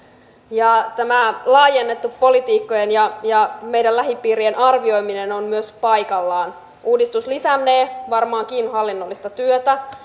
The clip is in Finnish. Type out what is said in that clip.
myös tämä laajennettu politiikkojen ja ja meidän lähipiirien arvioiminen on paikallaan uudistus lisännee varmaankin hallinnollista työtä